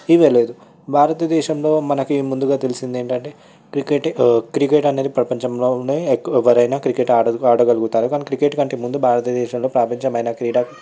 ఇవ్వలేదు భారతదేశంలో మనకి ముందుగా తెలిసింది ఏంటంటే క్రికెట్ క్రికెట్ అనేది ప్రపంచంలోనే ఎక్కువ ఎవరైనా క్రికెట్ ఆడది ఆడగలుగుతారు కానీ క్రికెట్ కంటే ముందు భారతదేశంలో ప్రాముఖ్యమైన క్రీడా